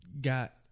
got